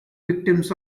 victims